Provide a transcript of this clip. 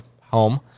home